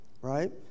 right